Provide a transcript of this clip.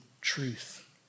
truth